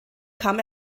kam